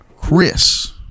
Chris